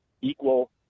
equal